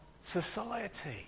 society